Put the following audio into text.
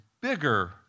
bigger